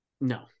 no